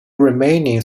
remaining